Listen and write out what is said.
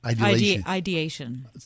Ideation